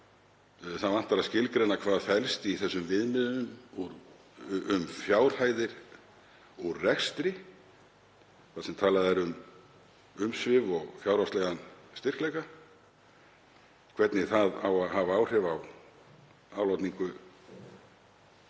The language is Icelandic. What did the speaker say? Þá vantar að skilgreina hvað felst í viðmiðum um fjárhæðir úr rekstri þar sem talað er um umsvif og fjárhagslegan styrkleika, hvernig það á að hafa áhrif á álagningu dagsekta.